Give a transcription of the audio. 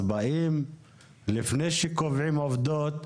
אז באים לפני שקובעים עובדות,